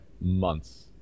months